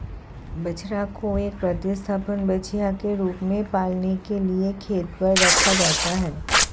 बछड़ा को एक प्रतिस्थापन बछिया के रूप में पालने के लिए खेत पर रखा जाता है